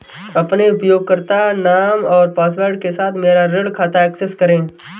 अपने उपयोगकर्ता नाम और पासवर्ड के साथ मेरा ऋण खाता एक्सेस करें